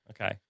okay